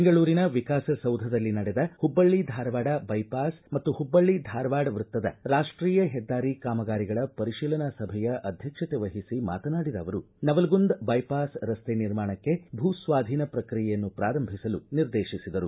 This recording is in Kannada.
ಬೆಂಗಳೂರಿನ ವಿಕಾಸಸೌಧದಲ್ಲಿ ನಡೆದ ಹುಬ್ಬಳ್ಳಿ ಧಾರವಾಡ ಬೈಪಾಸ್ ಮತ್ತು ಹುಬ್ಬಳ್ಳ ಧಾರವಾಡ ವೃತ್ತದ ರಾಷ್ಟೀಯ ಹೆದ್ದಾರಿ ಕಾಮಗಾರಿಗಳ ಪರಿಶೀಲನಾ ಸಭೆಯ ಅಧ್ಯಕ್ಷತೆವಹಿಸಿ ಮಾತನಾಡಿದ ಅವರು ನವಲಗುಂದ ಬೈಪಾಸ್ ರಸ್ತೆ ನಿರ್ಮಾಣಕ್ಕೆ ಭೂಸ್ವಾಧೀನ ಪ್ರಕ್ರಿಯೆಯನ್ನು ಪ್ರಾರಂಭಿಸಲು ನಿರ್ದೇತಿಸಿದರು